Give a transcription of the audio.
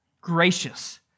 Gracious